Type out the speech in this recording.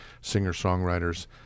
singer-songwriters